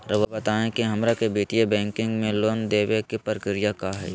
रहुआ बताएं कि हमरा के वित्तीय बैंकिंग में लोन दे बे के प्रक्रिया का होई?